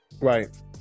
Right